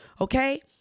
okay